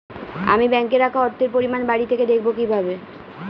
আমি ব্যাঙ্কে রাখা অর্থের পরিমাণ বাড়িতে থেকে দেখব কীভাবে?